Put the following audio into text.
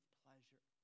pleasure